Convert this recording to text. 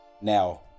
Now